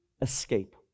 escape